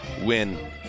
win